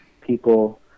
people